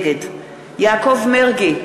נגד יעקב מרגי,